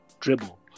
dribble